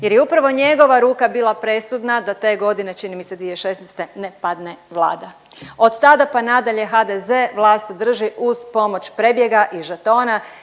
jer je upravo njegova ruka bila presudna da te godine čini mi se 2016. ne padne vlada. Od tada pa nadalje HDZ vlast drži uz pomoć prebjega i žetona